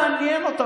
לא מעניין אותם.